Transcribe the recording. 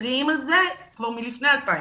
מתריעים על זה כבר מלפני 2015,